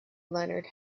leonard